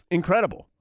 incredible